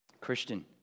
Christian